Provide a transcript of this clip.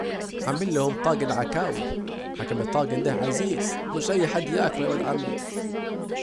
هعملهم طاجن عكاوي، حكم الطاجن ده عزيز ومش أي حد ياكله يا واد عمي